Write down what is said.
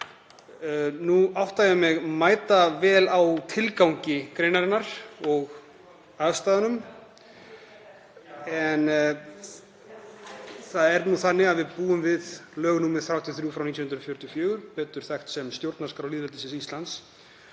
Nú átta ég mig mætavel á tilgangi greinarinnar og aðstæðunum en það er nú þannig að við búum við lög nr. 33/1944, betur þekkt sem stjórnarskrá lýðveldisins Íslands.